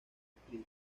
actriz